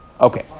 Okay